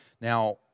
Now